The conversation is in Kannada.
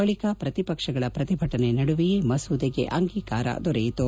ಬಳಿಕ ಪ್ರತಿಪಕ್ಷಗಳ ಪ್ರತಿಭಟನೆ ನಡುವೆಯೇ ಮಸೂದೆಗೆ ಅಂಗೀಕಾರ ದೊರೆಯಿತು